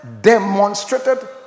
demonstrated